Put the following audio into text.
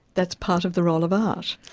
that's part of the role of art.